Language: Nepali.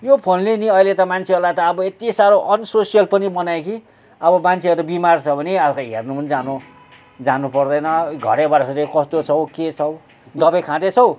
यो फोनले नि अहिले त मान्छेहरूलाई त अब यति साह्रो अनसोसियल पनि बनायो कि अब मान्छेहरू बिमार छ भने अब हेर्नु पनि जानु जानु पर्दैन घरैबाट कस्तो छौ के छौ दवाई खाँदैछौ